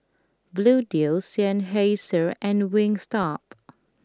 Bluedio Seinheiser and Wingstop